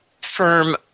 firm